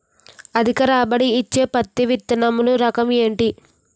అధిక రాబడి ఇచ్చే పత్తి విత్తనములు రకం ఏంటి?